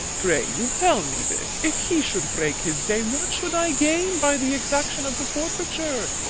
pray you, tell me this if he should break his day, what should i gain by the exaction of the forfeiture?